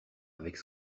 avec